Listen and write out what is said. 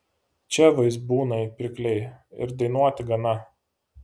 čia vaizbūnai pirkliai ir dainuoti gana